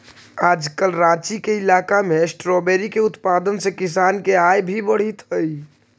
आजकल राँची के इलाका में स्ट्राबेरी के उत्पादन से किसान के आय भी बढ़ित हइ